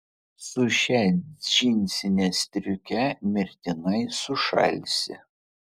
su šia džinsine striuke mirtinai sušalsi